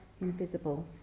invisible